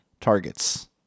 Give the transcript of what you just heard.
targets